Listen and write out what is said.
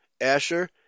Asher